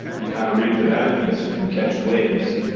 you kind of reap the benefits, you catch waves.